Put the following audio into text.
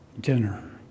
dinner